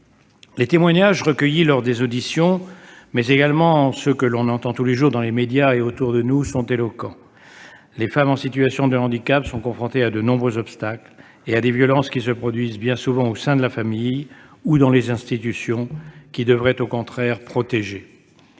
Les témoignages recueillis lors des auditions, mais également ceux que l'on entend tous les jours dans les médias et autour de nous, sont éloquents. Les femmes en situation de handicap sont confrontées à de nombreux obstacles et à des violences qui se produisent bien souvent au sein de la famille ou dans les institutions, qui devraient au contraire protéger.